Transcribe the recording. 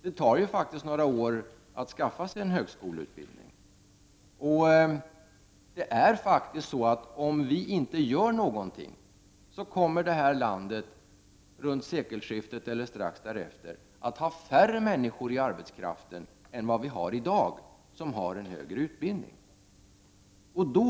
Det tar faktiskt några år att skaffa sig en högskoleutbildning, och om vi inte gör någonting kommer vårt land runt sekelskiftet eller strax därefter att i arbetskraften ha färre människor som har en högre utbildning än vi har i dag.